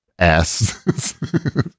ass